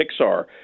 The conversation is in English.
Pixar